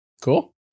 cool